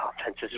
offense's